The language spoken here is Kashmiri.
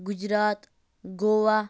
گُجرات گووا